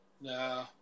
No